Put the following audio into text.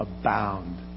abound